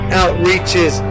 outreaches